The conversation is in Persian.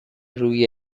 روی